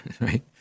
right